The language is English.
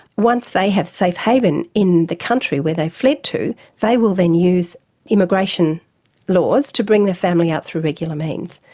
once they have safe haven in the country where they fled to, they will then use immigration laws to bring the family out through regular means.